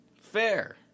Fair